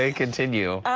and continue.